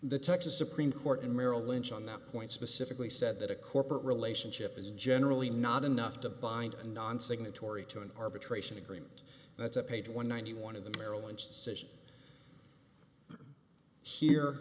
the texas supreme court and merrill lynch on that point specifically said that a corporate relationship is generally not enough to bind non signatory to an arbitration agreement that's a page one ninety one of the merrill lynch session here